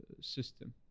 system